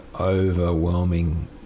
overwhelming